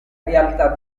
realtà